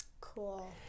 Cool